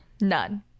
None